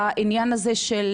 העניין הזה של